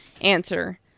Answer